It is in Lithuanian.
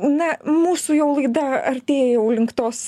na mūsų jau laida artėja jau link tos